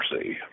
see